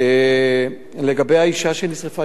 לגבי האשה שנשרפה,